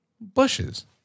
Bushes